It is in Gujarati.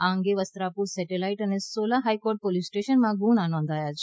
આ અંગે વસ્ત્રાપુર સેટેલાઈટ અને સોલા હાઈકોર્ટ પોલીસ સ્ટેશનમાં ગુના નોંધાયા છે